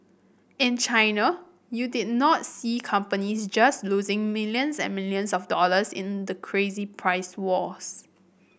in China you did not see companies just losing millions and millions of dollars in the crazy price wars